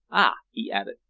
ah! he added,